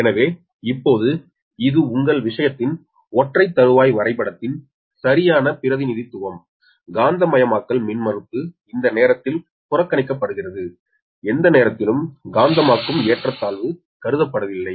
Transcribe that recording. எனவே இப்போது இது உங்கள் விஷயத்தின் ஒற்றை தருவாய் வரைபடத்தின் சரியான பிரதிநிதித்துவம் காந்தமயமாக்கல் மின்மறுப்பு இந்த நேரத்தில் புறக்கணிக்கப்படுகிறது எந்த நேரத்திலும் காந்தமாக்கும் ஏற்றத்தாழ்வு கருதப்படவில்லை